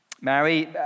Mary